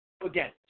again